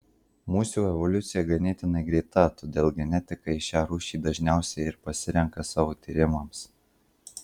musių evoliucija ganėtinai greita todėl genetikai šią rūšį dažniausiai ir pasirenka savo tyrimams